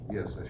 Yes